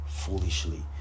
foolishly